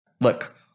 look